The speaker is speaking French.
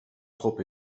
trop